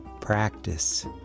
practice